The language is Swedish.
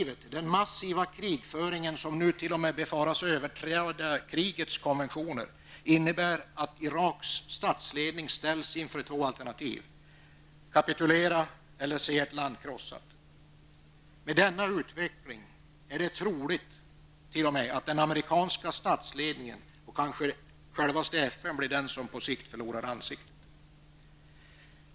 Men den massiva krigföringen, som nu t.o.m. befaras överträda krigets konventioner, innebär att Iraks statsledning ställs inför två alternativ: Kapitulera eller se ert land krossat. Med denna utveckling är det t.o.m. troligt att den amerikanska statsledningen och kanske självaste FN blir de som på sikt förlorar ansiktet.